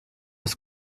ist